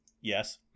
Yes